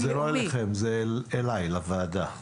זה לא אליכם, זה אליי, לוועדה.